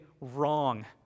wrong